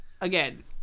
Again